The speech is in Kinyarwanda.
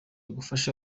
gufasha